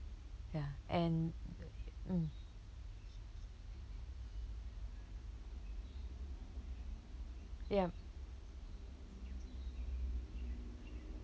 ya and mm ya